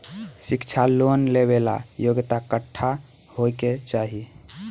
शिक्षा लोन लेवेला योग्यता कट्ठा होए के चाहीं?